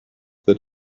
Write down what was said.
that